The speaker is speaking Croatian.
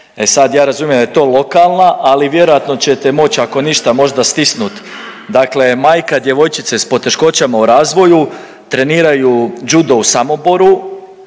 sad ja razumijem da je to lokalna, ali vjerojatno ćete moć ako ništa možda stisnut. Dakle, majka djevojčice s poteškoćama u razvoju, treniraju džudo u Samoboru